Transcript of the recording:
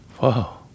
Wow